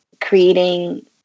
creating